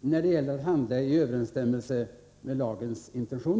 beträffande personens handlande enligt lagens intentioner.